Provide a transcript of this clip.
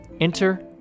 Enter